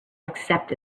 accept